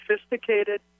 sophisticated